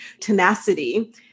tenacity